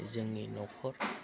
जोंनि न'खर